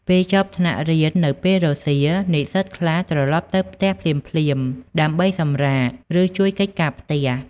ពេលចប់ថ្នាក់រៀននៅពេលរសៀល និស្សិតខ្លះ ត្រឡប់ទៅផ្ទះភ្លាមៗ ដើម្បីសម្រាក ឬជួយកិច្ចការផ្ទះ។